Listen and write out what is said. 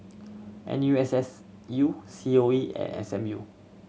N U S S U C O E and S M U